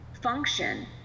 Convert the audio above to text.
function